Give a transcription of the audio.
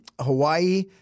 Hawaii